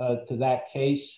e to that case